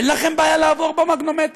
אין לכם בעיה לעבור במגנומטר?